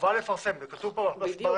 חובה לפרסם, זה כתוב פה ברישה.